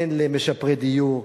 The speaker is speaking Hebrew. הן למשפרי דיור,